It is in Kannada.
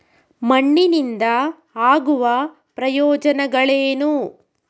ಮಣ್ಣಿನಿಂದ ಆಗುವ ಪ್ರಯೋಜನಗಳೇನು?